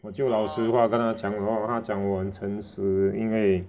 我就老实话跟他讲 lor 他讲我很诚实因为